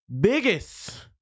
biggest